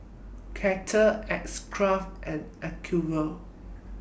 Kettle X Craft and Acuvue